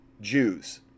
Jews